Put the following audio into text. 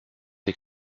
des